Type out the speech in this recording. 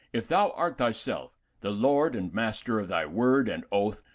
if thou art thy self, the lord and master of thy word and oath,